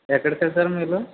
ఎక్కడ sir sir మీరు